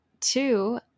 two